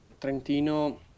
Trentino